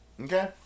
Okay